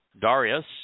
darius